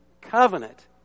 covenant